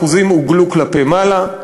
האחוזים עוגלו כלפי מעלה,